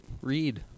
read